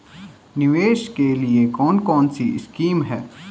निवेश के लिए कौन कौनसी स्कीम हैं?